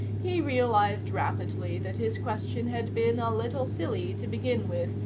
he realized rapidly that his question had been a little silly to begin with,